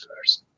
first